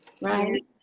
right